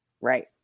right